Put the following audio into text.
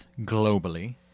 globally